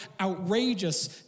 outrageous